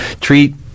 treat